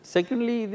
Secondly